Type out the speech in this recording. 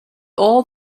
all